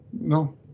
no